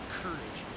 courage